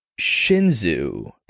shinzu